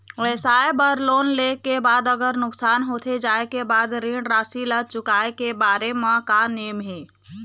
व्यवसाय बर लोन ले के बाद अगर नुकसान होथे जाय के बाद ऋण राशि ला चुकाए के बारे म का नेम हे?